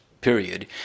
period